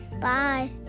bye